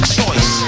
choice